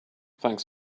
thanks